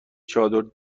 چادر